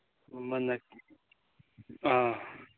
ꯃꯃꯟꯅ ꯑꯥ